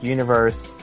Universe